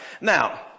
Now